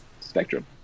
spectrum